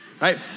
right